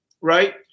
Right